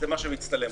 זה מה שמצטלם היום.